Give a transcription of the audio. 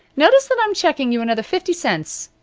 notice that i'm checking you another fifty cents.